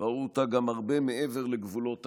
ראו אותה גם הרבה מעבר לגבולות העיר,